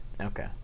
Okay